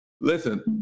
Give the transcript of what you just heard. listen